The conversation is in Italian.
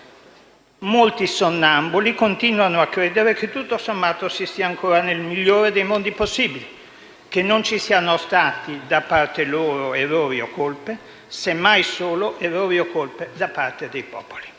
molti sonnambuli continuano a credere che, tutto sommato, si sia ancora nel «migliore dei mondi possibili»; che non ci siano stati da parte loro errori o colpe, semmai solo errori o colpe da parte dei popoli;